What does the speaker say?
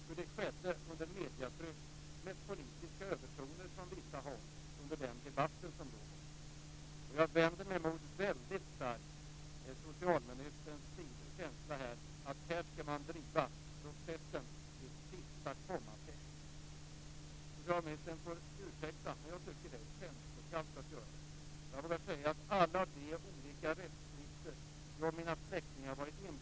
Fru talman! Jag vill börja med att tacka socialminister Lars Engqvist för svaret på min interpellation. Inledningsvis vill jag, som många andra, betona att en hivsmittad person inte kan jämföras med andra människor som har kroniska behandlingsbara sjukdomar. Genom att gå tillbaka i tiden kan vi se att många avled i aids i Sverige.